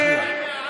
תודה.